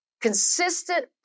consistent